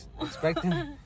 Expecting